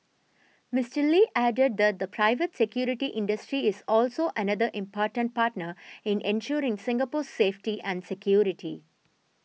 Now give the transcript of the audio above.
Mister Lee added that the private security industry is also another important partner in ensuring Singapore's safety and security